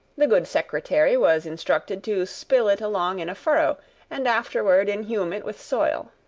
the good secretary was instructed to spill it along in a furrow and afterward inhume it with soil.